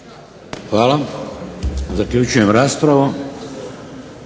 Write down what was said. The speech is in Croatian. Hvala. Zaključujem raspravu.